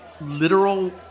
literal